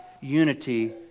unity